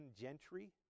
Gentry